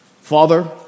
Father